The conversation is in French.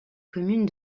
commune